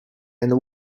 and